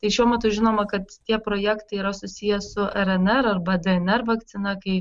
tai šiuo metu žinoma kad tie projektai yra susiję su rnr arba dnr vakcina kai